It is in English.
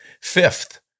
Fifth